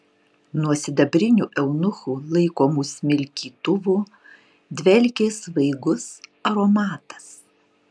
nuo sidabrinių eunuchų laikomų smilkytuvų dvelkė svaigus aromatas